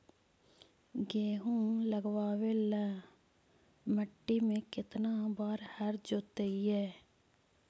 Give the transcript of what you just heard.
गेहूं लगावेल मट्टी में केतना बार हर जोतिइयै?